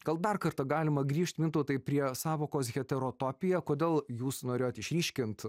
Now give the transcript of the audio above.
gal dar kartą galima grįžt mintautai prie sąvokos heterotopija kodėl jūs norėjot išryškint